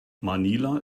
manila